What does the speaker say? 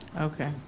Okay